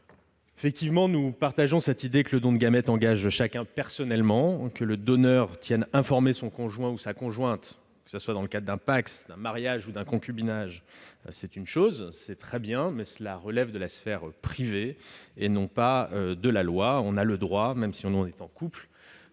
depuis. Nous partageons l'idée que le don de gamètes engage chacun personnellement. Que le donneur tienne informé son conjoint ou sa conjointe, dans le cadre d'un PACS, d'un mariage ou d'un concubinage, c'est très bien, mais cela relève de la sphère privée et non de la loi. On a le droit, même si on est en couple,